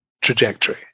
trajectory